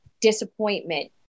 disappointment